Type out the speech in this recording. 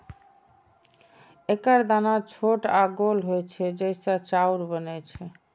एकर दाना छोट आ गोल होइ छै, जइसे चाउर बनै छै